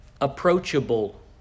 approachable